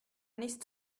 nicht